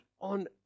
on